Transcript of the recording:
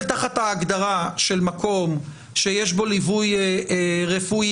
תחת ההגדרה של מקום שיש בו ליווי רפואי,